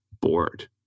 bored